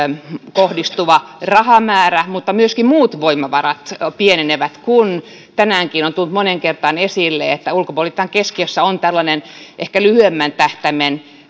kohdistuva rahamäärä mutta myöskin muut voimavarat pienenevät tänäänkin on tullut moneen kertaan esille että ulkopolitiikan keskiössä on pikemminkin tällainen ehkä lyhyemmän tähtäimen